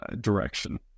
direction